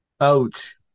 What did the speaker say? Ouch